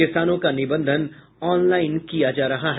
किसानों का निबंधन ऑनलाइन किया जा रहा है